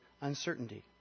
uncertainty